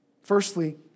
firstly